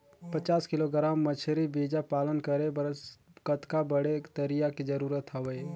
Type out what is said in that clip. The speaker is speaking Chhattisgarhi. पचास किलोग्राम मछरी बीजा पालन करे बर कतका बड़े तरिया के जरूरत हवय?